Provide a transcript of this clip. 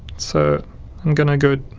so i'm gonna go